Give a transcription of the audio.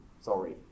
Sorry